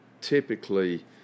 typically